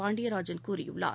பாண்டியராஜன் கூறியுள்ளார்